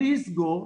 אני אסגור,